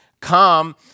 come